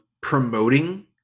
promoting